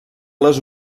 les